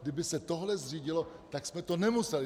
Kdyby se tohle zřídilo, tak jsme to nemuseli .